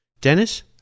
Dennis